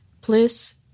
please